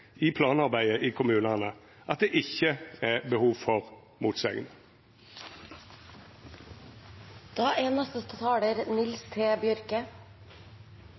i planarbeidet i kommunane at det ikkje er behov for motsegner. Fyrst vil eg takka saksordføraren for godt arbeid. Senterpartiet er